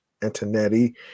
Antonetti